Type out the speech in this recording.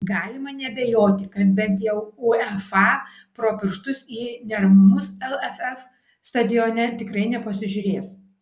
galima neabejoti kad bent jau uefa pro pirštus į neramumus lff stadione tikrai nepasižiūrės